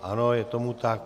Ano, je tomu tak.